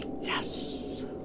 Yes